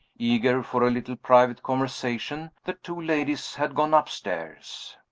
eager for a little private conversation, the two ladies had gone upstairs.